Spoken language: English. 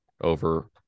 over